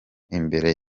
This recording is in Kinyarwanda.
imbere